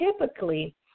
typically